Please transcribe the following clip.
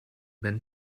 been